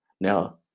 now